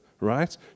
right